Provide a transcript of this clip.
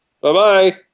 Bye-bye